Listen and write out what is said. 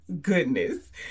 goodness